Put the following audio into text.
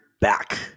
back